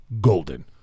golden